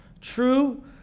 true